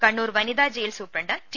കണ്ണൂർ വനിത jail superintendent T